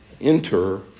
enter